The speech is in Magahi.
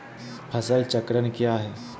फसल चक्रण क्या है?